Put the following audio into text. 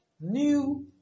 New